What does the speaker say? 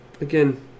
Again